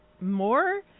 more